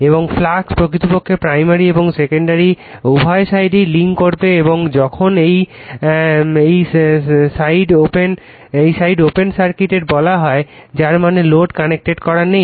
এবং ফ্লাক্স প্রকৃতপক্ষে প্রাইমারি এবং সেকেন্ডারি উইন্ডিং উভয়ের সাথেই লিংক করবে যখন এই সাইড ওপেন সার্কিটেড বলা হয় যার মানে লোড কানেক্ট করা নেই